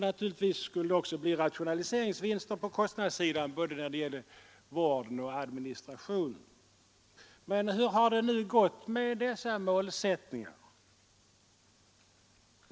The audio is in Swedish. Naturligtvis skulle det också bli rationaliseringsvinster på kostnadssidan beträffande både vården och administrationen. Men hur har det nu gått med dessa målsättningar?